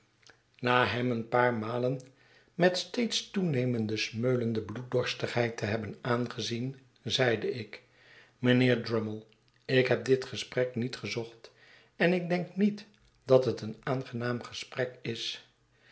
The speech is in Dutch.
na hem een pa ar malen met steeds toenemende smeulende bloeddorstigheid te hebben aangezien zeide ik mijnheer drummle ik heb dit gesprek niet gezocht en ik denk niet dat het een aangenaam gesprek is